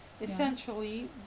essentially